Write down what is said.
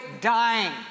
dying